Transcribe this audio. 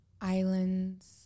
islands